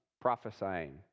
prophesying